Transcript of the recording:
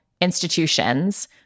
institutions